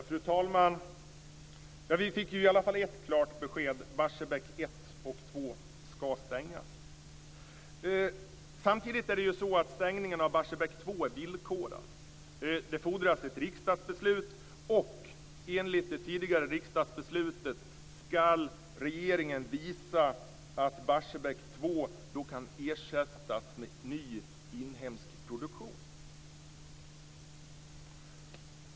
Fru talman! Vi fick i varje fall ett klart besked: Barsebäck 1 och 2 skall stängas. Samtidigt är stängningen av Barsebäck 2 villkorad. Det fordras ett riksdagsbeslut, och enligt det tidigare riksdagsbeslutet skall regeringen visa att Barsebäck 2 kan ersättas med ny inhemsk produktion.